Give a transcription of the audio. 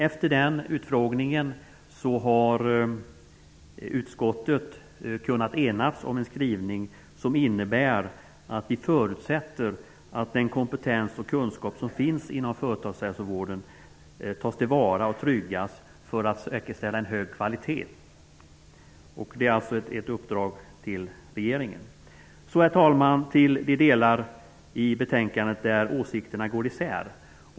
Efter den utfrågningen har utskottet kunnat enas om en skrivning som innebär att vi förutsätter att den kompetens och kunskap som finns inom företagshälsovården tas till vara och tryggas för att säkerställa en hög kvalitet. Det är alltså ett uppdrag till regeringen. Så till de delar i betänkandet där åsikterna går isär.